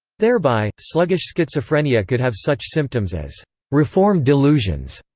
thereby, sluggish schizophrenia could have such symptoms as reform delusions,